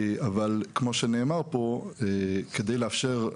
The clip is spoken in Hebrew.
אבל כמו שנאמר פה כדי לאפשר,